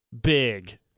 big